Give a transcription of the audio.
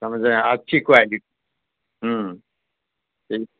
سمجھے رہے ہیں اچھی کوالیٹ ہوں ٹھیک